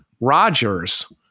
Rogers